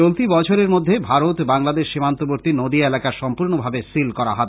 চলতি বছরের মধ্যে ভারত বাংলাদেশ সীমান্তবর্তী নদী এলাকা সম্পূর্নভাবে সীল করা হবে